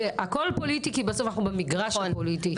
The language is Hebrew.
הכול פוליטי כי אנחנו במגרש הפוליטי,